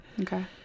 Okay